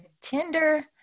Tinder